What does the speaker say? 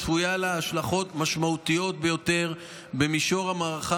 צפויות השלכות משמעותיות ביותר במישור המערכה